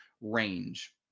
range